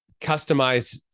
customize